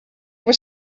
were